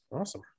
Awesome